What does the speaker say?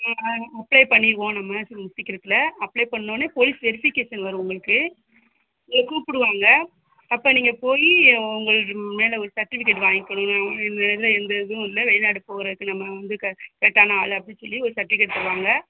ம் நாங்கள் அப்ளை பண்ணிருவோம் நம்ம சீக்கிரத்தில் அப்ளை பண்ணோன்னே போலீஸ் வெரிஃபிக்கேஷன் வரும் உங்களுக்கு உங்களை கூப்பிடுவாங்க அப்போ நீங்கள் போய் உங்களுக்கு மேலே ஒரு சர்ட்டிவிகேட் வாங்கிக்கணுங்க ஏன் மேலே எந்த இதுவும் இல்லை வெளிநாடு போகறதுக்கு நம்ம வந்து க கரெக்டான ஆள் அப்படின்னு சொல்லி ஒரு சர்ட்டிவிகேட் தருவாங்க